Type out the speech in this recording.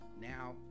Now